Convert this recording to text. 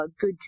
good